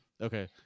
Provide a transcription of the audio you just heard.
Okay